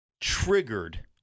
triggered